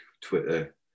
Twitter